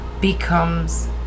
becomes